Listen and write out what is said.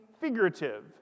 figurative